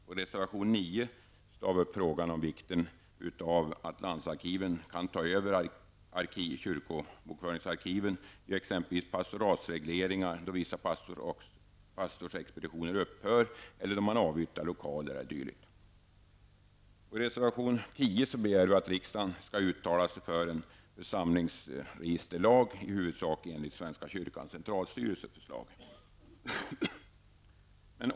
I reservation 9 tar vi upp frågan om vikten av att landsarkiven kan ta över kyrkobokföringsarkiven vid exempelvis pastoratsregleringar då vissa pastorsexpeditioner upphör eller avyttrar lokaler. I reservation 10 begär vi att riksdagen skall uttala sig för en församlingsregisterlag i huvudsak enligt svenska kyrkans centralstyrelses förslag.